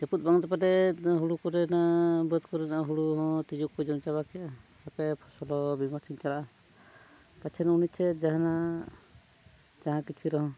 ᱡᱟᱹᱯᱩᱫ ᱵᱟᱝᱛᱮ ᱯᱟᱞᱮ ᱦᱳᱲᱳ ᱠᱚᱨᱮᱱᱟᱜ ᱵᱟᱹᱫᱽ ᱠᱚᱨᱮᱱᱟᱜ ᱦᱳᱲᱳ ᱦᱚᱸ ᱛᱤᱡᱩᱠᱚ ᱡᱚᱢ ᱪᱟᱵᱟ ᱠᱮᱜᱼᱟ ᱦᱟᱯᱮ ᱯᱷᱚᱥᱚᱞ ᱵᱤᱢᱟ ᱴᱷᱮᱡ ᱤᱧ ᱪᱟᱞᱟᱜᱼᱟ ᱯᱟᱪᱷᱮᱱ ᱩᱱᱤ ᱪᱮᱫ ᱡᱟᱦᱟᱱᱟᱜ ᱡᱟᱦᱟᱸ ᱠᱤᱪᱷᱩ ᱨᱮᱦᱚᱸ